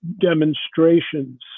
demonstrations